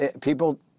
People